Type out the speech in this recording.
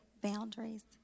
boundaries